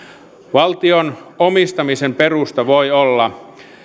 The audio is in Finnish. valtion omistamisen perusta voi olla